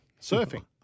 Surfing